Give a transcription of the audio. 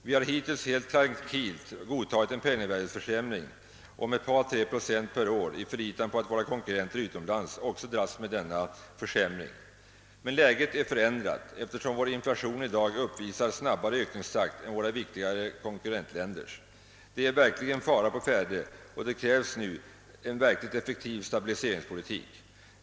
Vi har hittills helt trankilt goditagit en penningvärdeförsämring på ett par tre procent per år i förlitan på att våra konkurrenter utomlands också dras med denna försämring. Men läget är nu förändrat, eftersom vår inflation i dag uppvisar en snabbare ökningstakt än våra konkurrentländers. Det är verkligen fara å färde, och det krävs nu en verkligt effektiv stabiliseringspolitik.